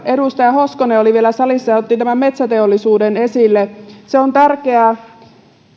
kun edustaja hoskonen oli vielä salissa ja otti tämän metsäteollisuuden esille se on tärkeää